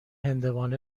هندوانه